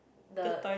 the